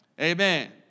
Amen